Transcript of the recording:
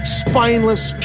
spineless